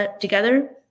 together